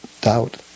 doubt